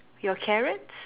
your carrots